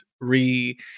re